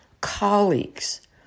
colleagues